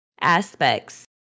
aspects